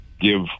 give